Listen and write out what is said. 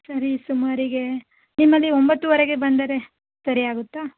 ಸರಿ ಸುಮಾರಿಗೆ ನಿಮ್ಮಲ್ಲಿ ಒಂಬತ್ತುವರೆಗೆ ಬಂದರೆ ಸರಿ ಆಗುತ್ತಾ